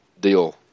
deal